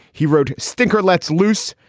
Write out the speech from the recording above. he wrote stinker lets loose,